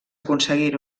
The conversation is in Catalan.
aconseguir